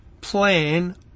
plan